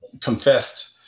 confessed